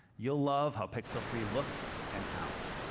you'll love how pixel three looks and sounds.